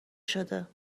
شده